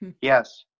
Yes